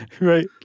Right